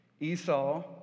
Esau